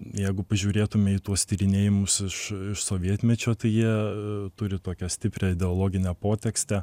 jeigu pažiūrėtume į tuos tyrinėjimus iš sovietmečio tai jie turi tokią stiprią ideologinę potekstę